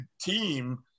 team